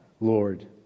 lord